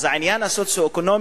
אז העניין הסוציו-אקונומי,